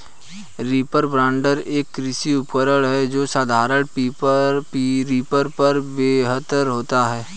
reaper binder, एक कृषि उपकरण है जो साधारण रीपर पर बेहतर होता है